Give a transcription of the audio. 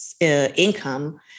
income